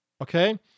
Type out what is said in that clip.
Okay